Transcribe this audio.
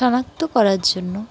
শনাক্ত করার জন্য